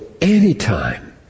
anytime